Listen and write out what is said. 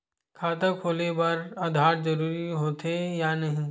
खाता खोले बार आधार जरूरी हो थे या नहीं?